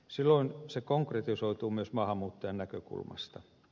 silloin se konkretisoituu myös maahanmuuttajan näkökulmasta